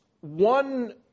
one